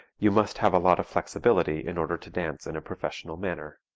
you must have a lot of flexibility in order to dance in a professional manner.